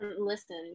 Listen